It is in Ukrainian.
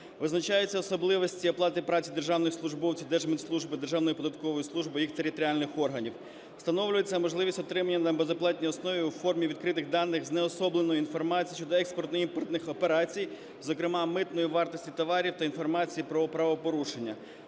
Визначаються особливості оплати праці державних службовців Держмитслужби, Державної податкової служби, їх територіальних органів. Встановлюється можливість отримання на безоплатній основі у формі відкритих даних знеособленої інформації щодо експортно-імпортних операцій, зокрема митної вартості товарів та інформації про правопорушення.